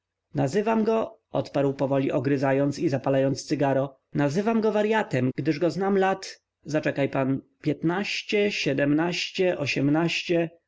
nazywam go odparł powoli ogryzając i zapalając cygaro nazywam go waryatem gdyż go znam lat zaczekaj pan piętnaście siedemnaście ośmnaście